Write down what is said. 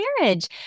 marriage